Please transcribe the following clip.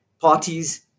parties